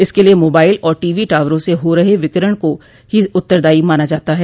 इसके लिए मोबाइल और टीवी टावरों से हो रहे विकिरण को भी उत्तरदायी माना जाता है